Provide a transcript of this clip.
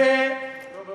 נו, באמת.